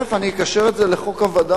ותיכף אני אקשר את זה לחוק הווד"לים,